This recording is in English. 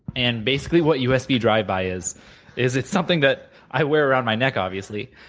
and basically, what usb drive by is is it's something that i wear around my neck, obviously,